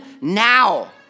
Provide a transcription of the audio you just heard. now